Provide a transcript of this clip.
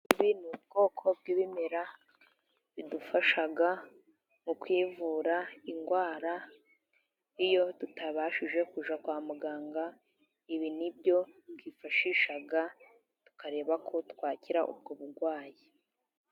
Ibi ni ubwoko bw'ibimera bidufasha mu kwivura indwara iyo tutabashije kuzajya kwa muganga. Ibi ni byo twifashisha tukareba ko twakira ubwo burwayi.